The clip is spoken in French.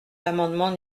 l’amendement